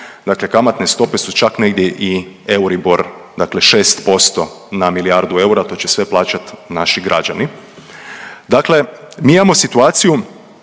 kamatne stope su čak negdje i Euribor dakle 6% na milijardu eura, to će sve plaćat naši građani. Dakle, mi imamo situaciju